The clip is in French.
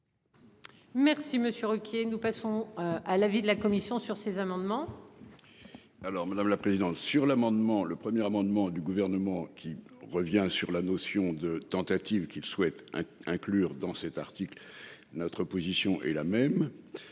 Monsieur Ruquier. Nous passons à l'avis de la commission sur ces amendements. Alors madame la présidente, sur l'amendement le premier amendement du gouvernement qui revient sur la notion de tentative qu'il souhaitent inclure dans cet article. Notre position est la même.